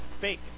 Fake